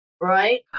right